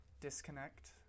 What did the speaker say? disconnect